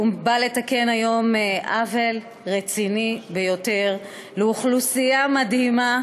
הוא בא לתקן היום עוול רציני ביותר לאוכלוסייה מדהימה,